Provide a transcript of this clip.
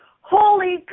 holy